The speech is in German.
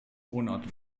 wohnort